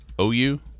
OU